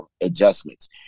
adjustments